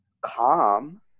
calm